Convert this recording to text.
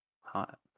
Hot